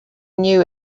knew